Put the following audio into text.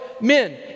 Men